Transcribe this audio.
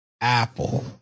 Apple